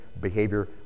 behavior